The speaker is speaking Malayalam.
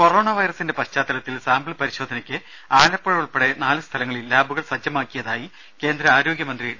കൊറോണ വൈറസിന്റെ പശ്ചാത്തലത്തിൽ സാമ്പിൾ പരിശോധനയ്ക്ക് ആല പ്പുഴ ഉൾപ്പെടെ നാലു സ്ഥലങ്ങളിൽ ലാബുകൾ സജ്ജമാക്കിയതായി കേന്ദ്ര ആരോഗ്യമന്ത്രി ഡോ